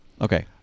Okay